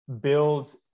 build